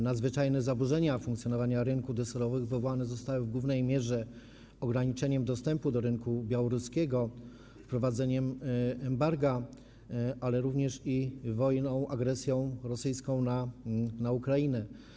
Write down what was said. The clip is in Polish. Nadzwyczajne zaburzenia funkcjonowania rynku jabłek deserowych wywołane zostały w głównej mierze ograniczeniem dostępu do rynku białoruskiego, wprowadzeniem embarga, ale również wojną, agresją rosyjską na Ukrainę.